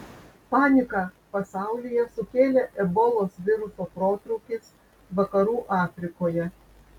paniką pasaulyje sukėlė ebolos viruso protrūkis vakarų afrikoje